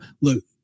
look